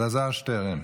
אלעזר שטרן,